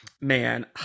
man